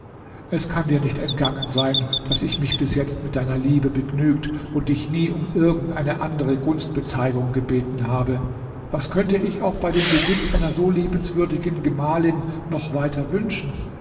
es kann dir nicht entgangen sein daß ich mich bis jetzt mit deiner liebe begnügt und dich nie um irgend eine andere gunstbezeigung gebeten habe was könnte ich auch bei dem besitz einer so liebenswürdigen gemahlin noch weiter wünschen